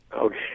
Okay